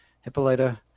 Hippolyta